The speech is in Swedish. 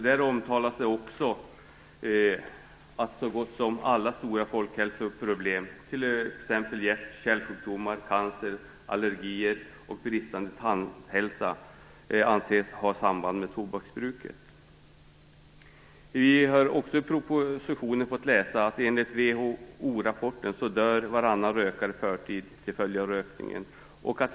Där omtalas att så gott som alla stora folkhälsoproblem, t.ex. hjärt och kärlsjukdomar, cancer, allergier och bristande tandhälsa anses ha samband med tobaksbruket. I propositionen har vi också fått läsa att varannan rökare enligt WHO-rapport dör i förtid till följd av rökningen.